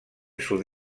sud